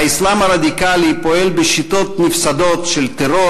האסלאם הרדיקלי פועל בשיטות נפסדות של טרור